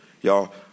y'all